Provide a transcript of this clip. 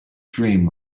dream